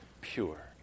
pure